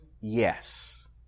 yes